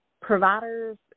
Providers